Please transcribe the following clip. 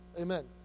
amen